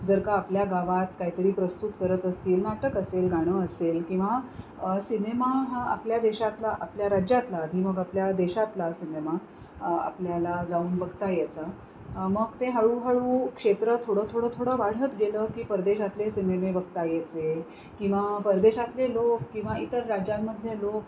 जर का आपल्या गावात काहीतरी प्रस्तुत करत असतील नाटक असेल गाणं असेल किंवा सिनेमा हा आपल्या देशातला आपल्या राज्यातला आणि मग आपल्या देशातला सिनेमा आपल्याला जाऊन बघता यायचा मग ते हळूहळू क्षेत्र थोडं थोडं थोडं वाढत गेलं की परदेशातले सिनेमे बघता यायचे किंवा परदेशातले लोक किंवा इतर राज्यांमधले लोक